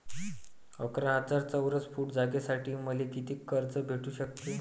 अकरा हजार चौरस फुट जागेसाठी मले कितीक कर्ज भेटू शकते?